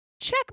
check